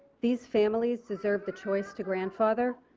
these families deserve the choice to grandfather.